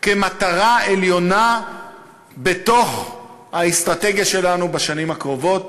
כמטרה עליונה באסטרטגיה שלנו בשנים הקרובות,